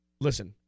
listen